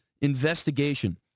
investigation